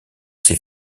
ses